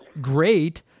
great